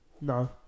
No